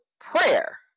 prayer